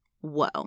Whoa